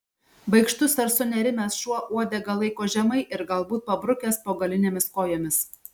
baikštus ar sunerimęs šuo uodegą laiko žemai ir galbūt pabrukęs po galinėmis kojomis